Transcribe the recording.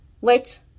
wait